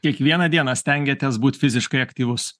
kiekvieną dieną stengiatės būti fiziškai aktyvus